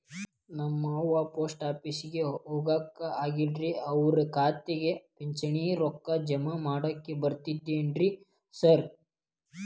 ನಮ್ ಅವ್ವ ಪೋಸ್ಟ್ ಆಫೇಸಿಗೆ ಹೋಗಾಕ ಆಗಲ್ರಿ ಅವ್ರ್ ಖಾತೆಗೆ ಪಿಂಚಣಿ ರೊಕ್ಕ ಜಮಾ ಮಾಡಾಕ ಬರ್ತಾದೇನ್ರಿ ಸಾರ್?